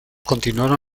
continuaron